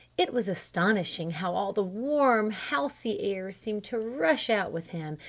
it was astonishing how all the warm housey air seemed to rush out with him,